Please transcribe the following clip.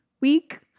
week